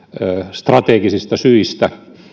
strategisista syistä